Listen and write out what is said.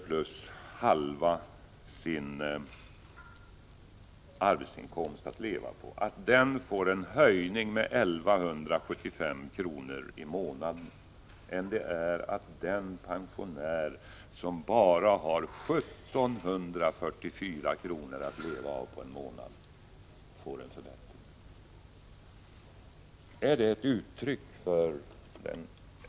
plus halva sin arbetsinkomst att leva på, får en höjning med 1 175 kr. i månaden, än det är att den pensionär som bara har 1744 kr. i månaden att leva på får en förbättring?